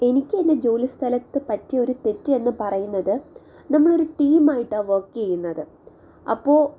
എനിക്ക് എൻ്റെ ജോലി സ്ഥലത്ത് പറ്റിയൊരു തെറ്റ് എന്ന് പറയുന്നത് നമ്മളൊരു ടീമായിട്ടാണ് വർക്ക് ചെയ്യുന്നത് അപ്പോൾ